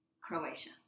Croatia